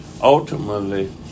ultimately